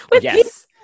yes